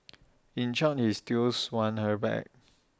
in short he stills wants her back